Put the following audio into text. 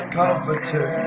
comforter